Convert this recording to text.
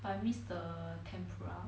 but I miss the tempura